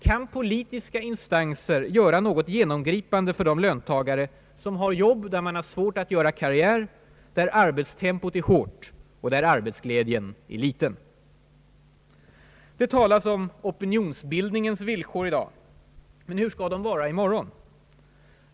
Kan politiska instanser göra något genomgripande för de löntagare som har jobb där man har svårt att göra karriär, där arbetstempot är hårt och arbetsglädjen liten? Det talas om opinionsbildningens villkor i dag — men hur skall de vara i morgon?